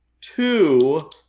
two